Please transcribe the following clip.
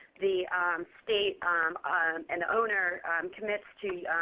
the state um um and the owner commits to